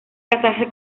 casarse